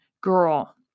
girl